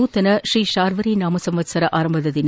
ನೂತನ ಶ್ರೀ ಶಾರ್ವರಿ ನಾಮ ಸಂವತ್ಲರ ಆರಂಭದ ದಿನ